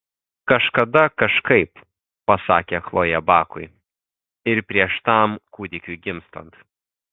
kažkada kažkaip pasakė chlojė bakui ir prieš tam kūdikiui gimstant